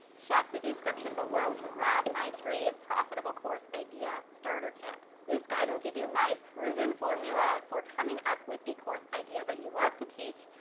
check the description below to grab my free profitable course idea starter kit. this guide will give you my proven formula for coming up with a course idea that you love to teach,